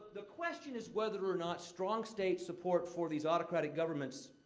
the question is whether or not strong state support for these autocratic governments.